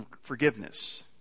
forgiveness